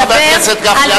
חבר הכנסת גפני,